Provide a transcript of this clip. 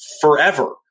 forever